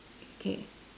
K